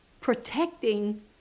protecting